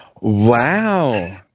Wow